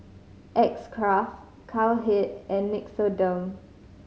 X Craft Cowhead and Nixoderm